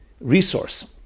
resource